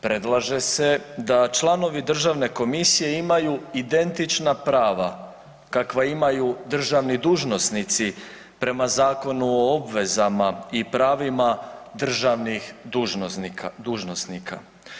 Predlaže se da članovi državne komisije imaju identična prava kakva imaju državni dužnosnici prema Zakonu o obvezama i pravima državnih dužnosnika.